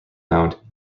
mound